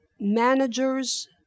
managers